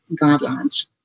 guidelines